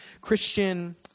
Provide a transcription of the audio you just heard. Christian